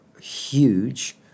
huge